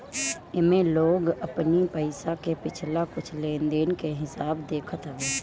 एमे लोग अपनी पईसा के पिछला कुछ लेनदेन के हिसाब देखत हवे